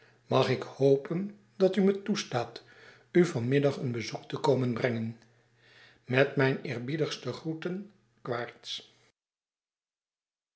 mag ik hopen dat u me toestaat u van middag een bezoek te komen brengen met mijn eerbiedigste groeten